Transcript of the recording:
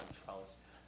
trellis